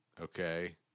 okay